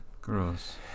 Gross